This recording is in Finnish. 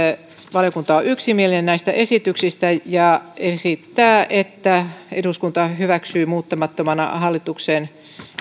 valiokunta on yksimielinen näistä esityksistä ja esittää että eduskunta hyväksyy muuttamattomana hallituksen